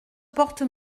porte